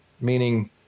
Meaning